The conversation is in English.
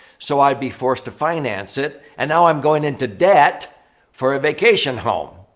so, i'd be forced to finance it. and now, i'm going into debt for a vacation home.